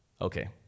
Okay